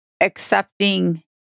accepting